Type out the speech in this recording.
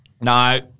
No